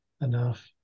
enough